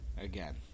Again